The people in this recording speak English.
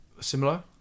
similar